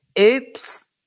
Oops